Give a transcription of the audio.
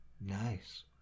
Nice